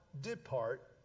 depart